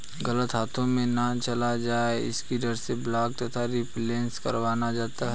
गलत हाथों में ना चला जाए इसी डर से ब्लॉक तथा रिप्लेस करवाया जाता है